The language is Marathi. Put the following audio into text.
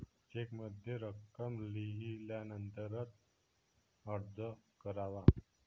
चेकमध्ये रक्कम लिहिल्यानंतरच अर्ज करावा